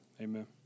Amen